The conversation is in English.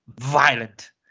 violent